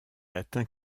atteint